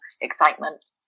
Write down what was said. excitement